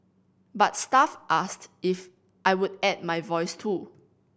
but staff asked if I would add my voice too